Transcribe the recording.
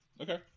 Okay